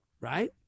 Right